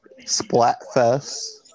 Splatfest